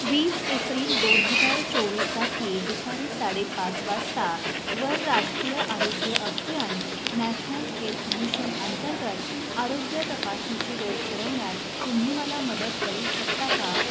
वीस एप्रिल दोन हजार चोवीससाठी दुपारी साडेपाच वासता वर राष्ट्रीय आरोग्य अभियान नॅशनल हेल्थ मिशन अंतर्गत आरोग्य तपासणीची वेळ ठरवण्यात तुम्ही मला मदत करू शकता का